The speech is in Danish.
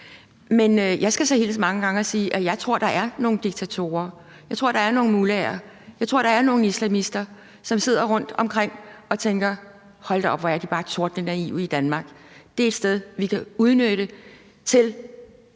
Men jeg skal så hilse mange gange og sige, at jeg tror, der er nogle diktatorer, jeg tror, der er nogle mullaher, jeg tror, der er nogle islamister, som sidder rundtomkring og tænker: Hold da op, hvor er de bare tordnende naive i Danmark; det er et sted, vi kan udnytte til